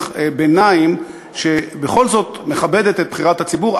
ביניים שבכל זאת מכבדת את בחירת הציבור,